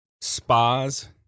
spas